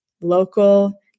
local